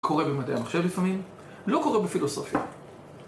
מה שקורה במדעי המחשב לפעמים לא קורה בפילוסופיה